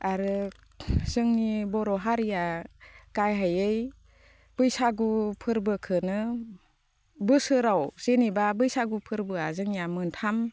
आरो जोंनि बर' हारिया गाहायै बैसागु फोरबोखौनो बोसोराव जेनेबा बैसागु फोरबोआ जोंनिया मोनथाम